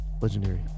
legendary